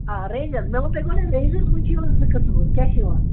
آ رینٛجَر مےٚ ووٚن تۄہہِ گۅڈٕنٮ۪تھ رینٛجرَس مَنٛز چھِ یِوان زٕ قٕسم حظ کیٛاہ چھِ یِوان